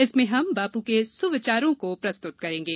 इसमें हम बापू के सुविचारों को प्रस्तुत करेंगे